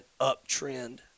uptrend